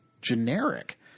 generic